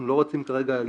אנחנו לא רוצים כרגע לקפוץ.